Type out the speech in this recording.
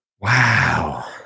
Wow